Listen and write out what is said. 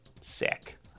Sick